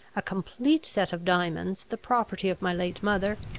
a complete set of diamonds, the property of my late mother,